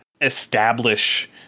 establish